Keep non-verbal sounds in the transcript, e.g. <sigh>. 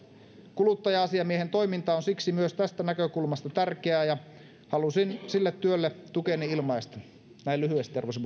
kuluttaja asiamiehen toiminta on siksi myös tästä näkökulmasta tärkeää ja halusin sille työlle tukeni ilmaista näin lyhyesti arvoisa <unintelligible>